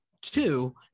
Two